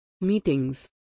Meetings